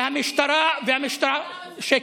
והמשטרה, והמשטרה, שקט.